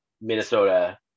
Minnesota